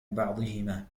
بعضهما